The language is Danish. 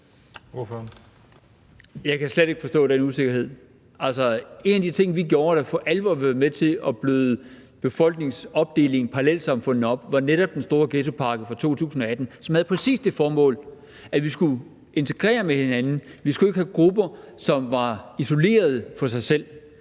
Jeg kan slet ikke forstå den usikkerhed. En af de ting, vi gjorde, der for alvor var med til at bløde befolkningsopdelingen, parallelsamfundene op var netop den store ghettopakke fra 2018, som havde præcis det formål, at vi skulle integreres med hinanden. Vi skulle ikke have grupper, som var isolerede for sig selv.